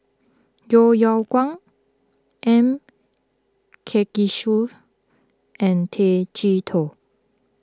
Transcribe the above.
Yeo Yeow Kwang M Karthigesu and Tay Chee Toh